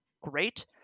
great